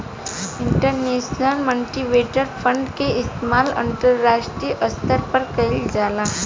international monetary fund के इस्तमाल अंतरराष्ट्रीय स्तर पर कईल जाला